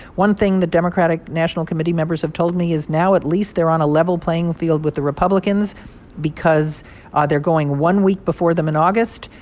one thing the democratic national committee members have told me is now at least they're on a level playing field with the republicans because ah they're going one week before them in august.